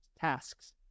tasks